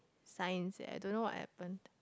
science eh I don't know what happened